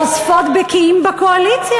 חושפות בקיעים בקואליציה,